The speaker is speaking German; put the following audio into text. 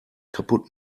kaputt